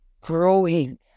growing